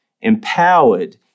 empowered